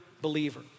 believer